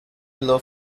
below